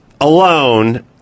alone